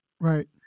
Right